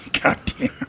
Goddamn